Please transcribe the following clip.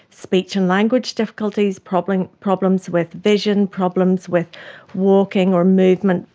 speech and language difficulties, problems problems with vision, problems with walking or movement.